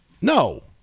No